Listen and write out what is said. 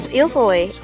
easily